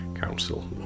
Council